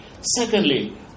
Secondly